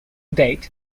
date